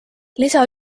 lisa